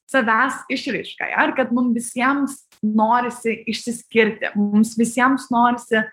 savęs išraiškai ar kad mum visiems norisi išsiskirti mums visiems norisi